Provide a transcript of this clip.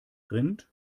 rind